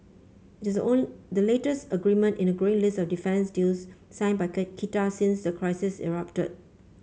it is own the latest agreement in a grow list of defence deals signed by Qatar since the crisis erupted